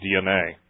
DNA